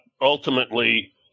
ultimately